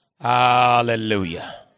Hallelujah